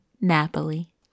Napoli